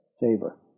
favor